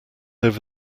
over